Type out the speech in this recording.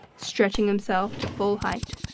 stretching himself to full height.